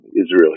Israel